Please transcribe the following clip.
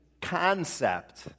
concept